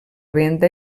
venda